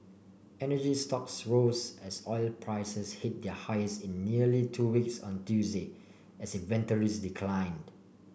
energy stocks roses as oil prices hit their highest in nearly two weeks on Tuesday as inventories declined